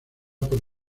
por